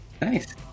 Nice